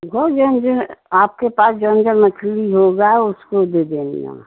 वह जौ जौ आपके पास जौ जौ मछली होगी उसको दे देना